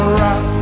rock